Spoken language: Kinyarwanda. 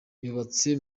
yubatse